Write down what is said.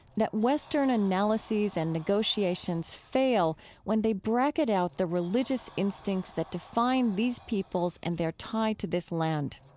that western analyses and negotiations fail when they bracket out the religious instincts that define these peoples and their tie to this land.